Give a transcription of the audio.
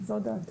וזאת דעתי.